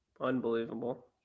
Unbelievable